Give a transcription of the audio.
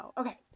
okay